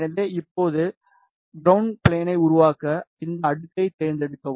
எனவே இப்போது கரவுணட் ஃப்ளேனை உருவாக்க இந்த அடுக்கைத் தேர்ந்தெடுக்கவும்